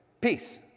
peace